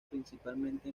principalmente